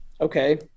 okay